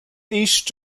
east